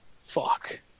Fuck